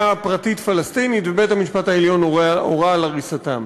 פרטית פלסטינית ובית-המשפט העליון הורה על הריסתם.